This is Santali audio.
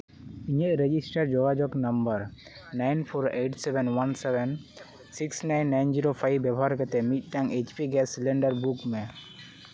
ᱤᱧᱟᱹᱜ ᱨᱮᱡᱤᱥᱴᱟᱨ ᱡᱳᱜᱟᱡᱳᱜᱽ number nine four eight seven one seven six nine nine zero five ᱵᱮᱵᱚᱦᱟᱨ ᱠᱟᱛᱮᱫ ᱢᱤᱫᱴᱟᱱ H P gas cylinder book ᱢᱮ